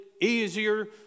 easier